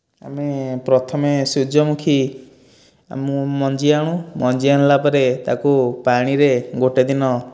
ଆମେ ପ୍ରଥମେ ସୂର୍ଯ୍ୟମୁଖୀ ମଞ୍ଜି ଆଣୁ ମଞ୍ଜି ଆଣିଲା ପରେ ତାକୁ ପାଣିରେ ଗୋଟିଏ ଦିନ